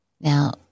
Now